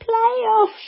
playoffs